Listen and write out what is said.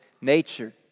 nature